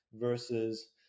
versus